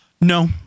no